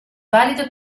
valido